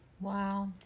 Wow